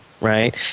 right